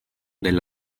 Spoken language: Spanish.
del